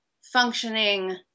functioning